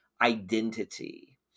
identity